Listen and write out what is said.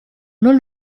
non